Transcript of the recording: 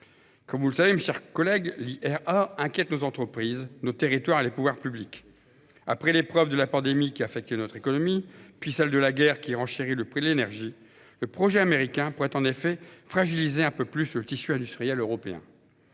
Comme vous le savez, mes chers collèges, l'IRA inquiète nos entreprises, nos territoires et les pouvoirs publics. Après l'épreuve de la pandémie qui a affecté notre économie, puis celle de la guerre qui renchérit le prix de l'énergie, le projet américain pourrait en effet fragiliser un peu plus le tissu industriel européen.